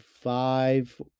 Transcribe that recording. five